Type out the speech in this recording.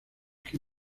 que